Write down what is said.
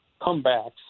comebacks